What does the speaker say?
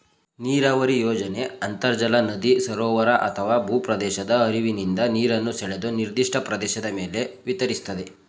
ನೀರಾವರಿ ಯೋಜನೆ ಅಂತರ್ಜಲ ನದಿ ಸರೋವರ ಅಥವಾ ಭೂಪ್ರದೇಶದ ಹರಿವಿನಿಂದ ನೀರನ್ನು ಸೆಳೆದು ನಿರ್ದಿಷ್ಟ ಪ್ರದೇಶದ ಮೇಲೆ ವಿತರಿಸ್ತದೆ